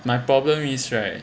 my problem is right